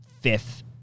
fifth